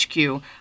HQ